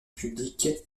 public